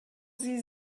sie